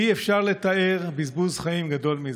אי-אפשר לתאר בזבוז חיים גדול מזה,